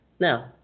Now